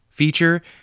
feature